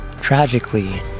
Tragically